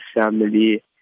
family